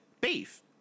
beef